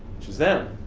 which is them,